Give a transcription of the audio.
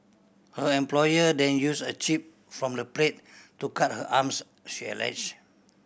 her employer then use a chip from the plate to cut her arms she allege